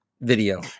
video